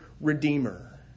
Redeemer